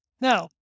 Now